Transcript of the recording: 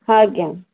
ହଁ ଆଜ୍ଞା